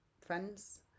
friends